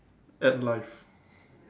at life